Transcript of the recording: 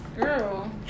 girl